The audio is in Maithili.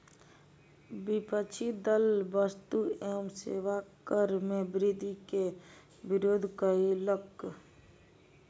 विपक्षी दल वस्तु एवं सेवा कर मे वृद्धि के विरोध कयलक